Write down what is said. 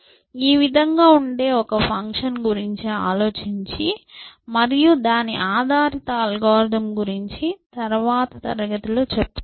ఈ విధంగా ఉండే ఒక ఫంక్షన్గురించి అలోచించి మరియు దాని ఆధారిత అల్గోరిథం గురించి తర్వాతి తరగతిలో చెప్పుకుందాం